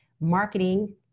marketing